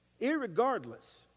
Irregardless